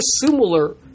similar